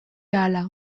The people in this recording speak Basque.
ahala